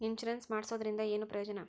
Insurance ಮಾಡ್ಸೋದರಿಂದ ಏನು ಪ್ರಯೋಜನ?